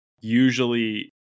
usually